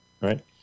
Right